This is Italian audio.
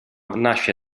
nasce